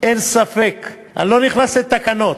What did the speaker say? אין ספק, אני לא נכנס לתקנות.